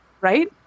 right